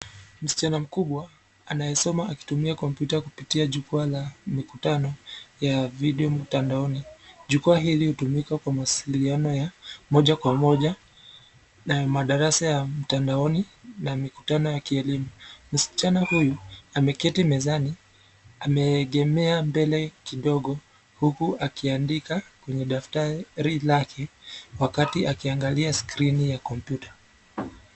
Msichana mkubwa, anayesoma akitumia kompyuta kupitia jukwaa la mikutano ya video mtandaoni. Jukwaa hili hutumika kwa mawasiliano ya moja kwa moja, madarasa ya mtandaoni na mikutano ya kielimu. Msichana huyu ameketi mezani ameegemea mbele kidogo huku akiandika kwenye daftari lake wakati akiangalia skrini ya kompyuta.